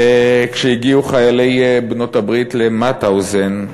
וכשהגיעו חיילי בעלות-הברית למאוטהאוזן,